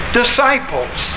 disciples